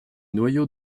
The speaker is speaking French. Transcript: noyaux